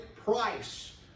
price